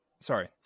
Sorry